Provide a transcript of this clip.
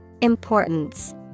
Importance